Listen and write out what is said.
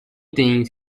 things